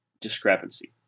discrepancy